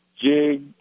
jig